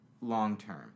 long-term